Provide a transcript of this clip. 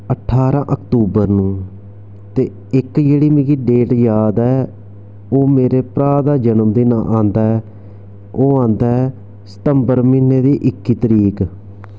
ठारां अक्तूबर नू ते इक जेह्ड़ी मिगी जेह्ड़ी डेट याद ऐ ओह् मेरे भ्राऽ दा जनमदिन आंदा ऐ ओह् आंदा ऐ सितंबर म्हीनै दी इक्की तरीक